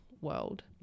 world